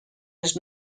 les